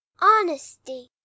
honesty